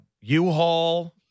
U-Haul